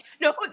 no